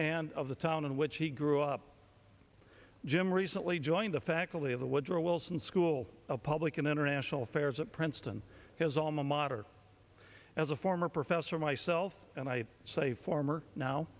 and of the town in which he grew up jim recently joined the faculty of the woodrow wilson school of public and international affairs at princeton his alma mater as a former professor myself and i say former now